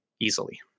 easily